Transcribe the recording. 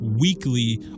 weekly